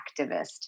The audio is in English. activist